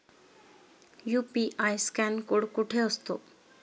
UPI scan code कुठे असतो?